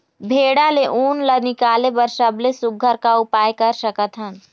भेड़ा ले उन ला निकाले बर सबले सुघ्घर का उपाय कर सकथन?